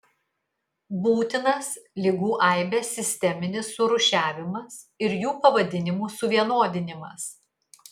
būtinas ligų aibės sisteminis surūšiavimas ir jų pavadinimų suvienodinimas